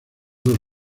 dos